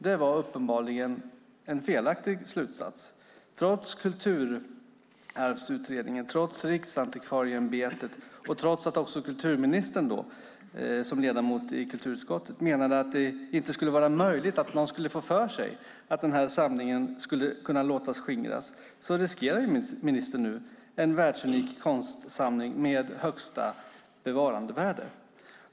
Det var uppenbarligen en felaktig slutsats. Trots Kulturarvsutredningen, trots Riksantikvarieämbetet och trots att också kulturministern som ledamot i kulturutskottet menade att det inte skulle vara möjligt att man kunde få för sig att låta samlingen skingras, riskerar ministern nu en världsunik konstsamling med högsta bevarandevärde.